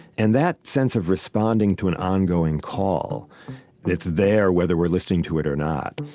and that sense of responding to an ongoing call that's there, whether we're listening to it or not,